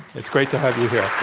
it's great to have you here.